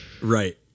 Right